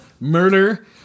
murder